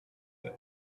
sept